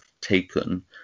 taken